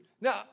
Now